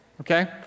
okay